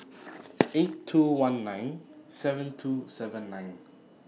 eight two one nine seven two seven nine